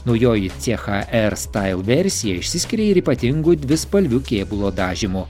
naujoji c cha r stail versija išsiskiria ir ypatingu dvispalviu kėbulo dažymu